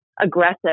aggressive